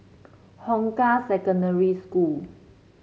Hong Kah Secondary School